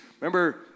Remember